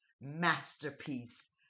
masterpiece